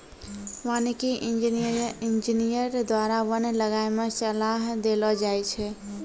वानिकी इंजीनियर द्वारा वन लगाय मे सलाह देलो जाय छै